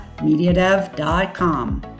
Mediadev.com